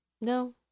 No